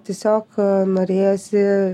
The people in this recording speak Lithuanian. tiesiog norėjosi